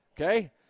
Okay